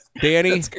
Danny